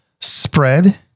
spread